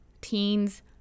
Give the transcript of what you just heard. teens